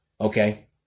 Okay